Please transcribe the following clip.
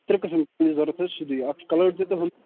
ترٛےٚ قٕسٕم چھِ ضروٗرت حظ سیٚودُے اَکھ چھُ کَلٲرڈ تہِ ہُہ